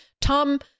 Tom